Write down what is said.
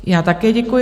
Já také děkuji.